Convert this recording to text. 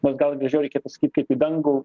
nors gal ir gražiau reikia pasakyt kaip į dangų